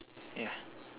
yeah